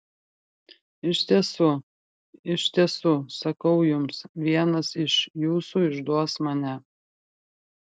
iš tiesų iš tiesų sakau jums vienas iš jūsų išduos mane